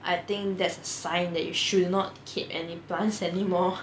I think that's a sign that you should not keep any plants anymore